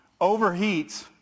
overheats